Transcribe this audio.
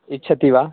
इच्छति वा